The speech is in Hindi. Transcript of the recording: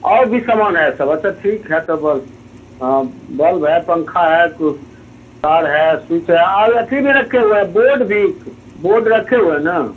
और भी समान है सब अच्छा ठीक है तो बल हाँ बल्ब है पंखा है तार है स्विच है और अथी भी रखे हुए हैं बोर्ड भी बोर्ड रखे हुए ना